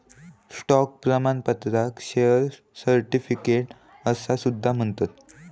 stock प्रमाणपत्राक share certificate असा सुद्धा म्हणतत